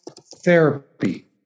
therapy